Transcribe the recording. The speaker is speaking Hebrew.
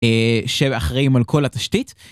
שאחראים על כל התשתית.